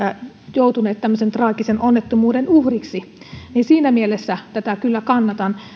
joutuneet tällaisen traagisen onnettomuuden uhriksi siinä mielessä tätä kyllä kannatan